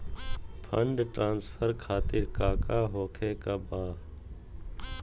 Fund transfer खातिर काका होखे का बा?